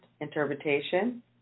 interpretation